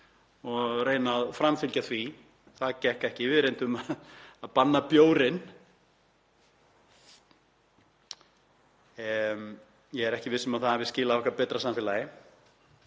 og reyna að framfylgja því. Það gekk ekki. Við reyndum að banna bjórinn. Ég er ekki viss um að það hafi skilað okkur betra samfélagi.